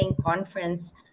Conference